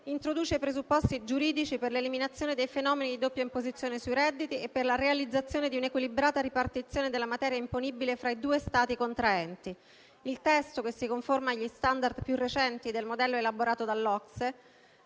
introduce presupposti giuridici per l'eliminazione dei fenomeni di doppia imposizione sui redditi e per la realizzazione di un'equilibrata ripartizione della materia imponibile fra i due Stati contraenti. Il testo, che si conforma agli *standard* più recenti del modello elaborato dall'OCSE,